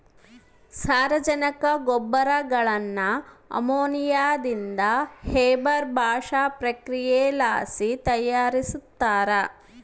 ಸಾರಜನಕ ಗೊಬ್ಬರಗುಳ್ನ ಅಮೋನಿಯಾದಿಂದ ಹೇಬರ್ ಬಾಷ್ ಪ್ರಕ್ರಿಯೆಲಾಸಿ ತಯಾರಿಸ್ತಾರ